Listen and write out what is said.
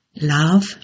Love